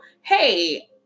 hey